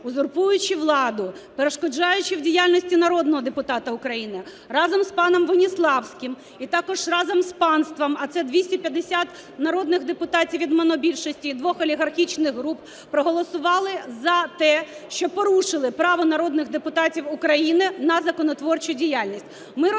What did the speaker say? узурпуючи владу, перешкоджаючи в діяльності народного депутата України разом з паном Веніславським і також разом з панством, (а це 250 народних депутатів від монобільшості і двох олігархічних груп) проголосували за те, що порушили право народних депутатів України на законотворчу діяльність.